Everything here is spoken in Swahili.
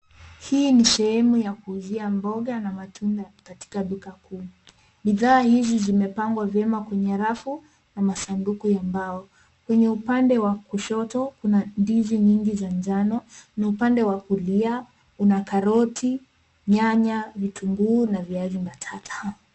Hii ni sehemu ya kuuzia mboga na matunda katika duka kuu. Bidhaa hizi zimepangwa vyema kwenye rafu na masanduku ya mbao. Kwenye upande wa kushoto, kuna ndizi nyingi za njano na upande wa kulia, una karoti, nyanya, vitunguu na viazi matata.